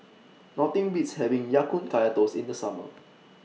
Nothing Beats having Ya Kun Kaya Toast in The Summer